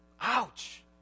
Ouch